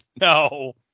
no